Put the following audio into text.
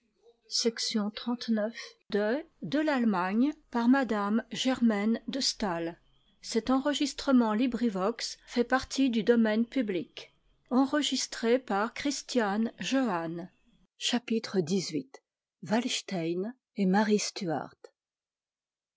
de m de